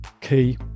key